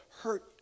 hurt